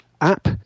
app